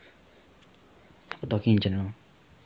talking in general